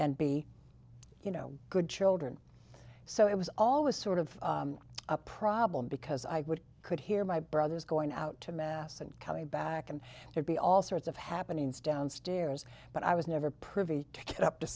and be you know good children so it was always sort of a problem because i could hear my brothers going out to mass and coming back and there'd be all sorts of happenings downstairs but i was never privy to get up to